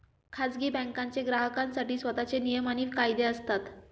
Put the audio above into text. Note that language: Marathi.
खाजगी बँकांचे ग्राहकांसाठी स्वतःचे नियम आणि कायदे असतात